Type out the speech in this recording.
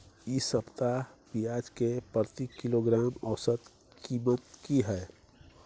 इ सप्ताह पियाज के प्रति किलोग्राम औसत कीमत की हय?